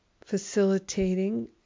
facilitating